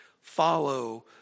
follow